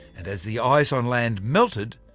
and as the ice on land melted,